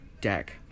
deck